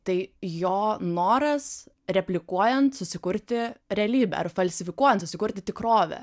tai jo noras replikuojant susikurti realybę ar falsifikuojant susikurti tikrovę